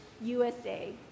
USA